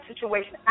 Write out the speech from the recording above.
situation